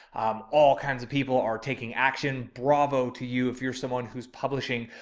um, all kinds of people are taking action bravo to you. if you're someone who's publishing,